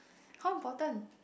how important